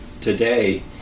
today